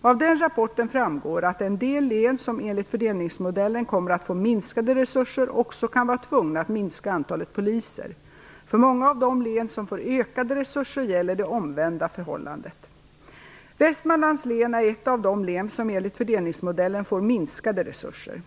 Av den rapporten framgår det att en del län som enligt fördelningsmodellen kommer att få minskade resurser också kan vara tvungna att minska antalet poliser. För många av de län som får ökade resurser gäller det omvända förhållandet. Västmanlands län är ett av de län som enligt fördelningsmodellen får minskade resurser.